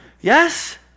yes